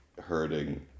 hurting